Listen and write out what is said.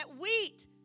wheat